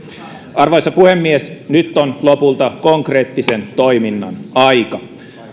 arvoisa puhemies nyt on lopulta konkreettisen toiminnan aika